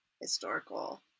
historical